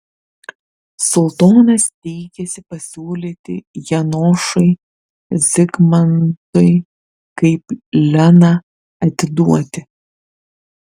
sultonas teikėsi pasiūlyti janošui zigmantui kaip leną atiduoti